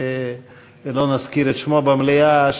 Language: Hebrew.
שלא נזכיר את שמו במליאה,